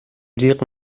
جیغ